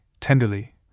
tenderly